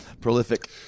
Prolific